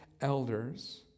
elders